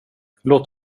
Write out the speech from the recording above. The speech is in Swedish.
låt